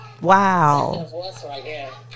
Wow